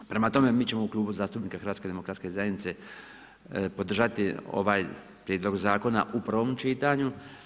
Prema tome mi ćemo u Klubu zastupnika HDZ-a podržati ovaj prijedlog zakona u prvom čitanju.